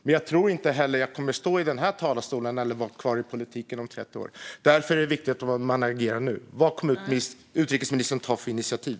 Men jag tror inte heller att jag kommer att vara kvar i politiken och stå i den här talarstolen om 30 år. Därför är det viktigt att man agerar nu. Vad kommer utrikesministern att ta för initiativ?